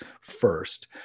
first